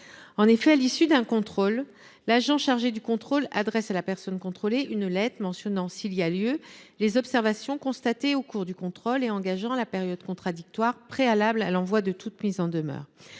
En effet, à l’issue d’un contrôle, l’agent qui en est chargé adresse à la personne contrôlée une lettre mentionnant, s’il y a lieu, les observations constatées au cours du contrôle et engageant la période contradictoire préalable à l’envoi de toute mise en demeure.